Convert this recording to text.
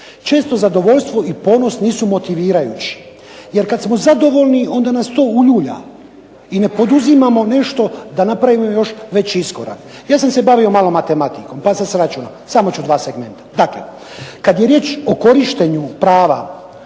Često zadovoljstvo i ponos nisu motivirajući, jer kada smo zadovoljni onda nas to uljulja i ne radimo nešto da napravimo veći iskorak. Ja sam se bavio malo matematikom pa sam sračunao, samo ću dva segmenta. Dakle, kada je riječ o korištenju prava